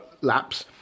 laps